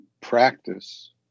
practice